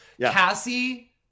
Cassie